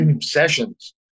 sessions